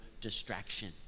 distraction